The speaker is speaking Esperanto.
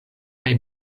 kaj